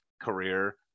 career